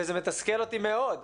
וזה מתסכל אותי מאוד,